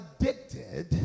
addicted